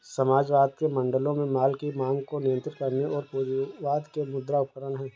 समाजवाद के मॉडलों में माल की मांग को नियंत्रित करने और पूंजीवाद के मुद्रा उपकरण है